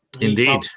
Indeed